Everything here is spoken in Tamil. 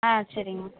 ஆ சரிங்ம்மா